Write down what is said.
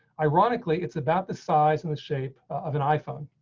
ironically, it's about the size and the shape of an iphone.